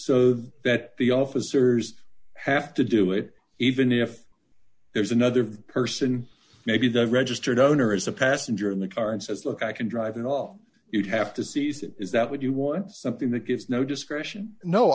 so that the officers have to do it even if there's another person maybe the registered owner is a passenger in the car and says look i can drive and all you have to season is that when you want something that gives no discretion no